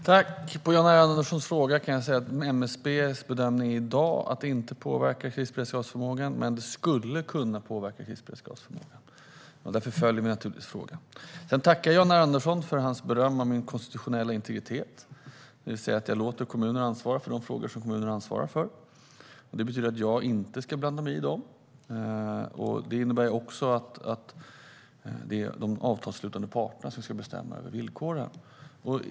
Fru ålderspresident! På Jan R Anderssons fråga kan jag svara att MSB:s bedömning i dag är att det inte påverkar krisberedskapsförmågan, men att det skulle kunna göra det. Därför följer vi naturligtvis frågan. Jag tackar Jan R Andersson för berömmet av min konstitutionella integritet, det vill säga att jag låter kommunerna ansvara för de frågor som de har ansvar för. Det betyder att jag inte ska blanda mig i dem. Det innebär också att det är de avtalsslutande parterna som ska bestämma över villkoren.